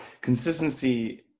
Consistency